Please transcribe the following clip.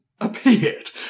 appeared